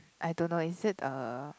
I don't know is it a